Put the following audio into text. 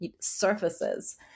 surfaces